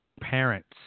parents